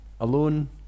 alone